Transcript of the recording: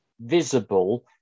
visible